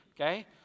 okay